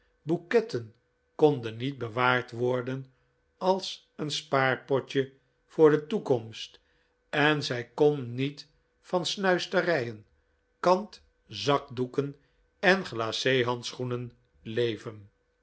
den niet bewaard worden als een spaarpotje voor de toekomst en zij kon niet van snuisterijen kant zakdoeken en glace handschoenen leven